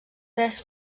tres